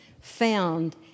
found